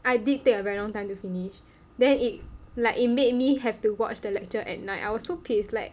I did take a very long time to finish then it like it made me have to watch the lecture at night I was so pissed like